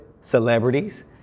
celebrities